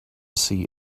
see